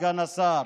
סגן השר,